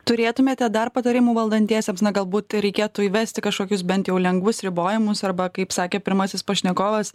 turėtumėte dar patarimų valdantiesiems na galbūt reikėtų įvesti kažkokius bent jau lengvus ribojimus arba kaip sakė pirmasis pašnekovas